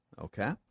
Okay